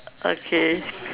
okay